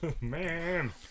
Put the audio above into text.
Man